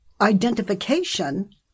identification